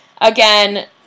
Again